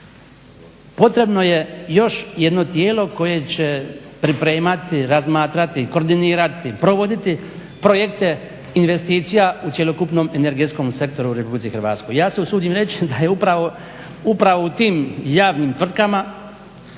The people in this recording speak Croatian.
potrebno je još jedno tijelo koje će pripremati, razmatrati, koordinirati, provoditi projekte investicija u cjelokupnom energetskom sektoru u Republici Hrvatskoj. Ja se usudim reći da je upravo u tim javnim tvrtkama